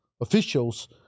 officials